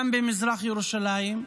גם במזרח ירושלים,